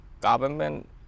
government